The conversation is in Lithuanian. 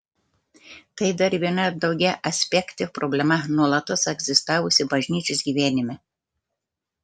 tai dar viena daugiaaspektė problema nuolatos egzistavusi bažnyčios gyvenime